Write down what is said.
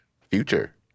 future